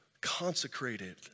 consecrated